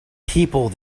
people